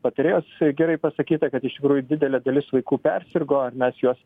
patarėjos gerai pasakyta kad iš tikrųjų didelė dalis vaikų persirgo ar mes juos